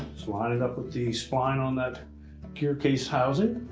line it up with the spline on that gearcase housing.